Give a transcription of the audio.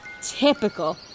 Typical